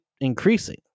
increasing